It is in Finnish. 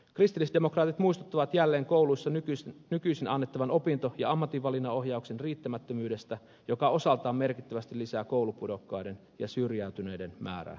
kristillisdemokraatit muistuttavat jälleen kouluissa nykyisin annettavan opinto ja ammatinvalinnanohjauksen riittämättömyydestä joka osaltaan merkittävästi lisää koulupudokkaiden ja syrjäytyneiden määrää